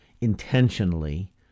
intentionally